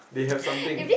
they have something